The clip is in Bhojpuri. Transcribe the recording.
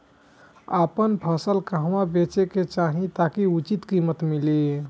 आपन फसल कहवा बेंचे के चाहीं ताकि उचित कीमत मिली?